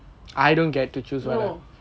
no